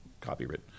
copyright